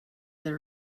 their